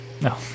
No